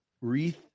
Wreath